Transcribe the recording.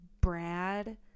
Brad